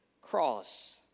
cross